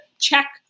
check